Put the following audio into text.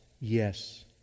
yes